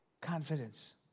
Confidence